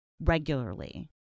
regularly